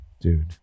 dude